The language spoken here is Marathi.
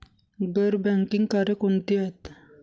गैर बँकिंग कार्य कोणती आहेत?